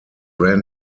ran